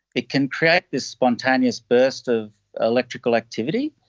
it can create this spontaneous burst of electrical activity,